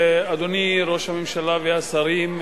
אדוני ראש הממשלה והשרים,